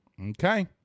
Okay